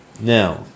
Now